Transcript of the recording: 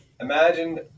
imagine